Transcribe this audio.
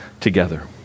together